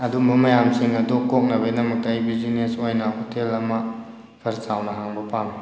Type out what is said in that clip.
ꯑꯗꯨꯝꯕ ꯃꯌꯥꯝꯁꯤꯡ ꯑꯗꯨ ꯀꯣꯛꯅꯕꯩꯗꯃꯛꯇ ꯑꯩ ꯕꯤꯖꯤꯅꯦꯁ ꯑꯣꯏꯅ ꯍꯣꯇꯦꯜ ꯑꯃ ꯈꯔ ꯆꯥꯎꯅ ꯍꯥꯡꯕ ꯄꯥꯝꯃꯤ